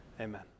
Amen